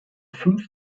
fünf